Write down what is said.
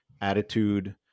attitude